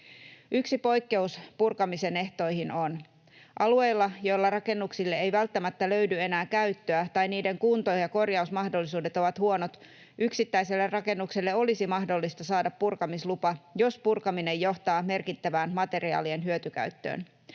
Yksi poikkeus purkamisen ehtoihin on: alueilla, joilla rakennuksille ei välttämättä löydy enää käyttöä tai niiden kunto- ja korjausmahdollisuudet ovat huonot, yksittäiselle rakennukselle olisi mahdollista saada purkamislupa, jos purkaminen johtaa merkittävään materiaalien hyötykäyttöön.